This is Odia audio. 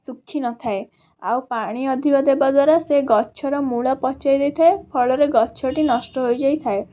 ଶୁଖି ନଥାଏ ଆଉ ପାଣି ଅଧିକ ଦେବା ଦ୍ଵାରା ସେ ଗଛର ମୂଳ ପଚାଇ ଦେଇଥାଏ ଫଳରେ ଗଛଟି ନଷ୍ଟ ହୋଇଯାଇଥାଏ